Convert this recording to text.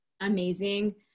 amazing